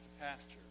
pasture